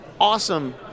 awesome